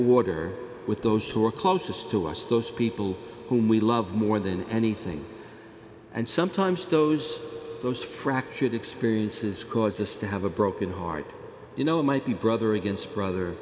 order with those who are closest to us those people whom we love more than anything and sometimes those those fractured experiences cause us to have a broken heart you know it might be brother against brother